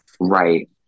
right